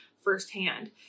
firsthand